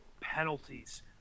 penalties